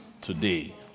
today